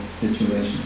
situation